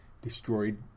destroyed